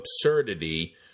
absurdity